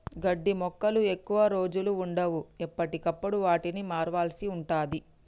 గడ్డి మొక్కలు ఎక్కువ రోజులు వుండవు, ఎప్పటికప్పుడు వాటిని మార్వాల్సి ఉంటది